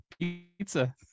pizza